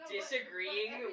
Disagreeing